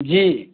جی